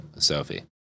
Sophie